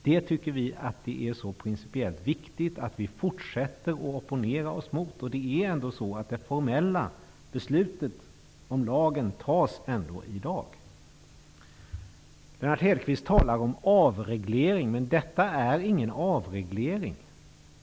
Det tycker vi är så principiellt viktigt att vi fortsätter att opponera oss mot det. Det formella beslutet om lagen fattas ändå i dag. Lennart Hedquist talar om avreglering. Detta är ingen avreglering.